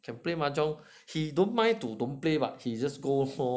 can play mahjong he don't mind but he just go for